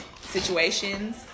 situations